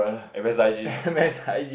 eh where's I G